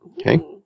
Okay